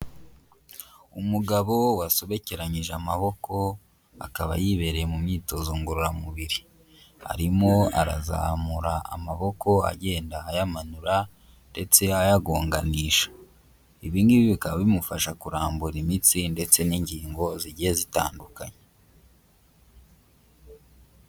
Umugabo wasobekeranyije amaboko akaba yibereye mu myitozo ngororamubiri, arimo arazamura amaboko agenda ayamanura ndetse ayagonganisha, ibi ngibi bikaba bimufasha kurambura imitsi ndetse n'ingingo zigiye zitandukanye.